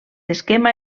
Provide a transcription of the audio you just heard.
esquema